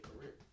career